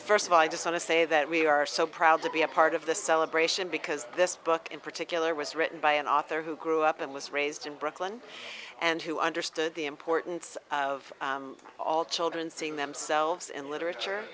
the st of all i just want to say that we are so proud to be a part of the celebration because this book in particular was written by an author who grew up and was raised in brooklyn and who understood the importance of all children seeing themselves in literature